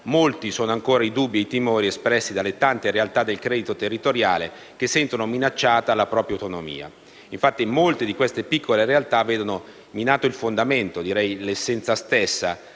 molti sono ancora i dubbi e i timori espressi dalle tante realtà del credito territoriale, che sentono minacciata la propria autonomia. Infatti molte di queste piccole realtà vedono minato il fondamento e l'essenza stessa